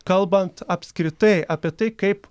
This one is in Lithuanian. kalbant apskritai apie tai kaip